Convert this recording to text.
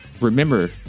Remember